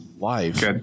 life